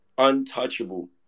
untouchable